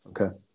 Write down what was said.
Okay